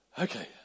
Okay